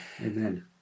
Amen